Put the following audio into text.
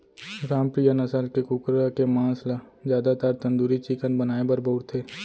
ग्रामप्रिया नसल के कुकरा के मांस ल जादातर तंदूरी चिकन बनाए बर बउरथे